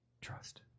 Trust